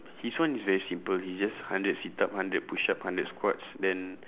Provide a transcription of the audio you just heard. his one is very simple he just hundred sit up hundred push up hundred squats then